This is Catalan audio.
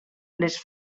les